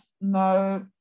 no